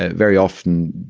ah very often,